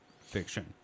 fiction